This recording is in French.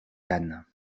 cannes